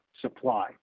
supply